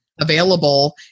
available